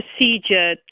Procedure